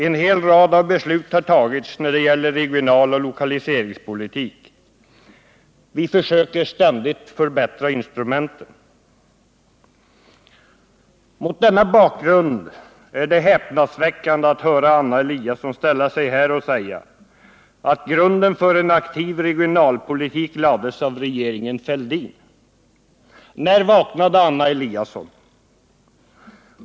En hel rad av beslut har fattats när det gäller regionaloch lokaliseringspolitik. Vi försöker ständigt förbättra instrumenten. Mot denna bakgrund är det häpnadsväckande att Anna Eliasson kan stå här och säga att grunden för en aktiv regionalpolitik lades av regeringen Fälldin. När vaknade Anna Eliasson?